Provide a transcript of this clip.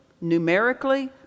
numerically